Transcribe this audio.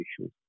issues